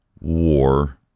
war